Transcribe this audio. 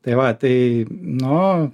tai va tai nu